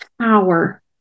Power